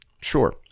Sure